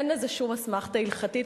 אין לזה שום אסמכתה הלכתית,